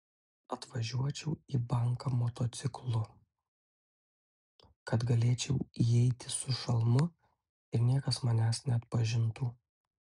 atvažiuočiau į banką motociklu kad galėčiau įeiti su šalmu ir niekas manęs neatpažintų